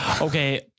okay